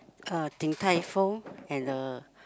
uh Din-Tai-Fung and the